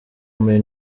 muri